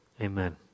amen